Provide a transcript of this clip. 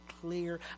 clear